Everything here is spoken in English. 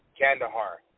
Kandahar